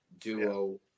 duo